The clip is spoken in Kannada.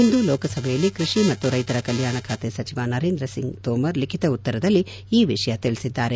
ಇಂದು ಲೋಕಸಭೆಯಲ್ಲಿ ಕೃಷಿ ಮತ್ತು ರೈತರ ಕಲ್ಟಾಣ ಖಾತೆ ಸಚಿವ ನರೇಂದ್ರ ಸಿಂಗ್ ತೋಮರ್ ಲಿಬಿತ ಉತ್ತರದಲ್ಲಿ ಈ ವಿಷಯ ತಿಳಿಬಿದ್ದಾರೆ